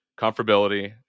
Comfortability